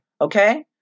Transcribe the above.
okay